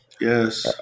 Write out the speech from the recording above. Yes